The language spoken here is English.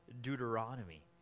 Deuteronomy